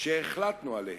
שהחלטנו עליהן,